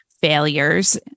failures